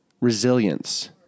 resilience